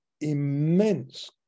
immense